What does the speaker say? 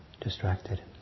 distracted